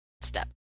step